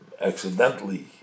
accidentally